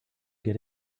get